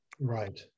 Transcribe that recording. Right